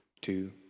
two